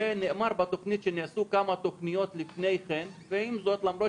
ונאמר בתוכנית שנעשו כמה תוכניות לפני כן, ולמרות